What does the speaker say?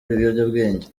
ibiyobyabwenge